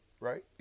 right